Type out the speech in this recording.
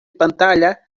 pantalla